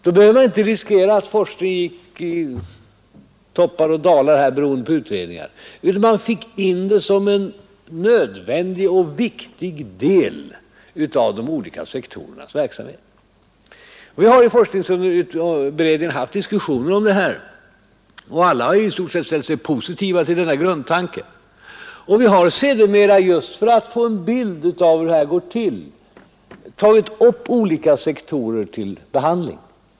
Då skulle man inte behöva riskera att forskningen gick i toppar och dalar beroende på utredningar, utan den skulle bli en nödvändig och viktig del av de olika sektorernas verksamhet. Inom forskningsberedningen har diskussioner förts om detta, och alla har i stort sett ställt sig positiva till grundtanken. För att få en bild av hur det skulle gå till har beredningen tagit upp olika sektorer till behandling.